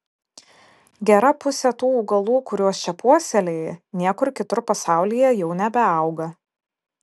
gera pusė tų augalų kuriuos čia puoselėji niekur kitur pasaulyje jau nebeauga